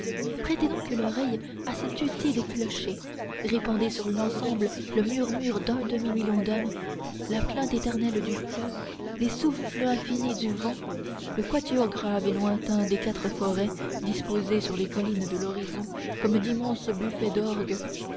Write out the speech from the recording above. prêtez donc l'oreille à ce tutti des clochers répandez sur l'ensemble le murmure d'un demi-million d'hommes la plainte éternelle du fleuve les souffles infinis du vent le quatuor grave et lointain des quatre forêts disposées sur les collines de l'horizon comme d'immenses buffets d'orgue